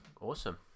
awesome